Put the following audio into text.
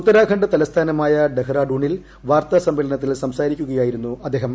ഉത്തരാഖണ്ഡ് തലസ്ഥാനമായ ഡറാഡൂണിൽ വാർത്താസമ്മേളനത്തിൽ സംസാരിക്കുകയായിരുന്നു അദ്ദേഹം